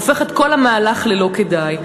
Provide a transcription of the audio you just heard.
הופך את כל המהלך ללא כדאי.